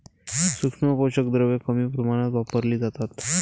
सूक्ष्म पोषक द्रव्ये कमी प्रमाणात वापरली जातात